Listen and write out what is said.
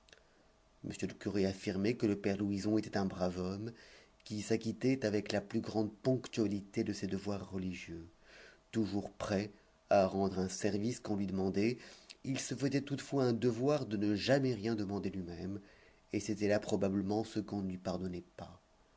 m le curé affirmait que le père louison était un brave homme qui s'acquittait avec la plus grande ponctualité de ses devoirs religieux toujours prêt à rendre un service qu'on lui demandait il se faisait toutefois un devoir de ne jamais rien demander lui-même et c'était là probablement ce qu'on ne lui pardonnait pas